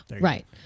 right